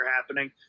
happening